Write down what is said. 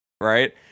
right